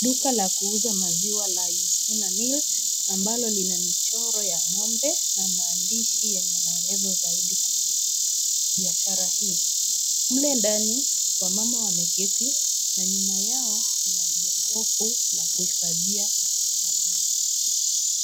Duka la kuuza maziwa la Yustina Milk, ambalo lina michoro ya ngombe na maandishi lenye maelezo zaidi kuhusu biashara hii. Mle ndani wamama wameketi na nyuma yao kuna jokofu la kuhifadhia maziwa.